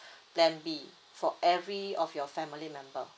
plan B for every of your family member